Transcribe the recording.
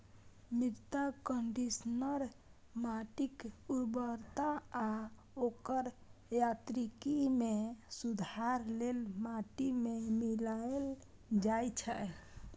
मृदा कंडीशनर माटिक उर्वरता आ ओकर यांत्रिकी मे सुधार लेल माटि मे मिलाएल जाइ छै